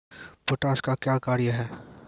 Potash का क्या कार्य हैं?